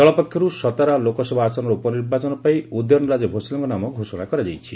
ଦଳ ପକ୍ଷରୁ ସତାରା ଲୋକସଭା ଆସନର ଉପନିର୍ବାଚନ ପାଇଁ ଉଦୟନରାଜେ ଭୋସଁଲେଙ୍କ ନାମ ଘୋଷଣା କରାଯାଇଛି